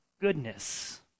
goodness